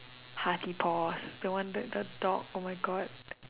Hearty-Paws the one that the dog oh my god